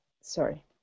sorry